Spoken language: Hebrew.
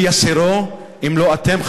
מי יסירו אם לא אתם,